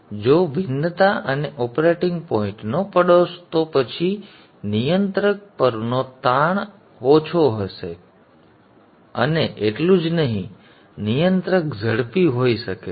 જો ભિન્નતા અને ઓપરેટિંગ પોઇન્ટનો પડોશ તો પછી નિયંત્રક પરનો તાણ અને તાણ ઓછો હશે અને એટલું જ નહીં નિયંત્રક ઝડપી હોઈ શકે છે